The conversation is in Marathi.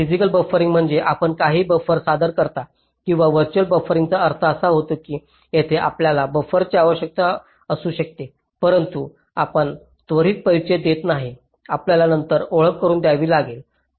फिजिकल बफरिंग म्हणजे आपण काही बफर सादर करता किंवा व्हर्च्युअल बफरिंगचा अर्थ असा होतो की येथे आपल्याला बफरची आवश्यकता असू शकते परंतु आपण त्वरित परिचय देत नाही आपल्याला नंतर ओळख करून द्यावी लागेल